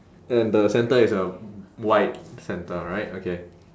and the centre is a white centre right okay